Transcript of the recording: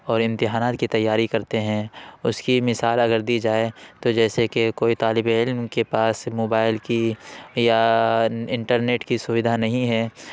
اور امتحانات کی تیاری کرتے ہیں اس کی مثال اگر دی جائے تو جیسے کہ کوئی طالب علم کے پاس موبائل کی یا انٹرنیٹ کی سویدھا نہیں ہے